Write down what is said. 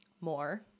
more